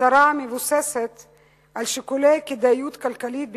צרה המבוססת על שיקולי כדאיות כלכלית בלבד,